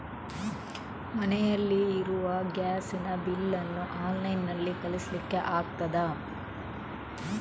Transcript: ಮನೆಯಲ್ಲಿ ಇರುವ ಗ್ಯಾಸ್ ನ ಬಿಲ್ ನ್ನು ಆನ್ಲೈನ್ ನಲ್ಲಿ ಕಳಿಸ್ಲಿಕ್ಕೆ ಆಗ್ತದಾ?